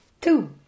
Two